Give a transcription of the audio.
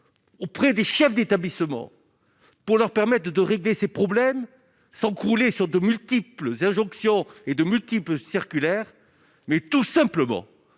auprès des chefs d'établissement pour leur permettent de régler ces problèmes sans crouler sur de multiples injonctions et de multiples circulaire mais tout simplement